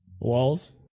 walls